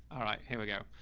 all right. here we go.